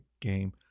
game